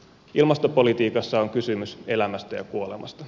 ilmastopolitiikassa on kysymys elämästä ja kuolemasta